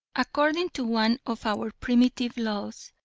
according to one of our primitive laws,